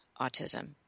autism